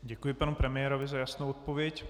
Děkuji panu premiérovi za jasnou odpověď.